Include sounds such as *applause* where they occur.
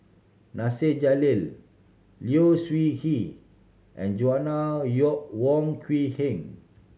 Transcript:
Nasir Jalil Low Siew Nghee and Joanna *unintelligible* Wong Quee Heng